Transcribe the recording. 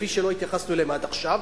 כפי שלא התייחסנו אליהם עד עכשיו,